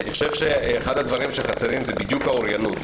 אני חושב שאחד הדברים שחסרים זה בדיוק האוריינות,